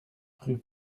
rue